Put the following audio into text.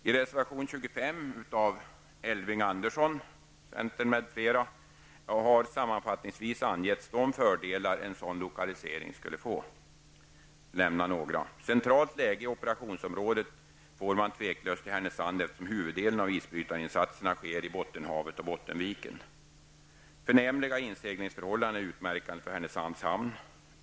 I reservation 25 av Elving Andersson från centern m.fl. har sammanfattningsvis angetts de fördelar en sådan lokalisering skulle få. Jag skall nämna några: -- Centralt läge i operationsområdet får man tveklöst i Härnösand, eftersom huvuddelen av isbrytarinsatserna sker i Bottenhavet och -- Förnämliga inseglingsförhållanden är utmärkande för Härnösands hamn.